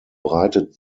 breitet